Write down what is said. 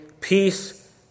peace